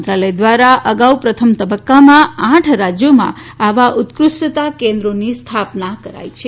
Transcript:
મંત્રાલય ધ્વારા પ્રથમ તબકકામાં આઠ રાજયોમાં આ ઉત્કૃષ્ટતા કેન્દ્રોની સ્થાપના કરાઇ હતી